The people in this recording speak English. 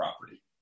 property